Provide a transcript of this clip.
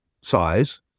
size